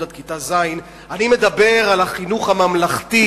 עד כיתה ז' אני מדבר על החינוך הממלכתי,